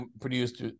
produced